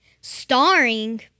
starring